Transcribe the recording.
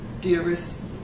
dearest